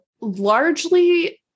Largely